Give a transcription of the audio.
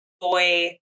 boy